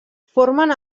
formen